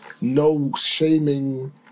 no-shaming